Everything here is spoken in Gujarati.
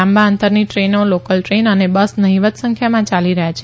લાંબા અંતરની દ્રેનો લોકલ ટ્રેન અને બસ નહીંવત સંખ્યામાં યાલી રહ્યા છે